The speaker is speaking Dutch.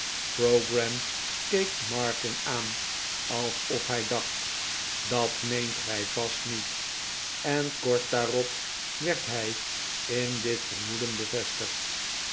pogram keek martin aan alsof hij dacht dat meent gij vast niet en kort daarop werd hij in dit vermoeden bevestigd